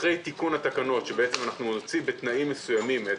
כמובן בתנאים מסוימים,